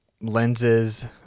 lenses